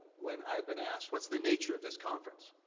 when i've been asked, what's the nature of this conference?